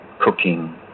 cooking